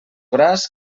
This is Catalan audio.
braç